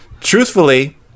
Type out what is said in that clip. truthfully